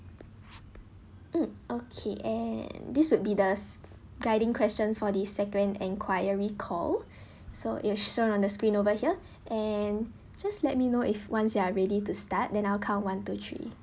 mm okay and this would be the s~ guiding questions for the second enquiry call so it's shown on the screen over here and just let me know if once you are ready to start than I'll count one two three